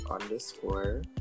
underscore